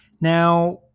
Now